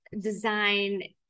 design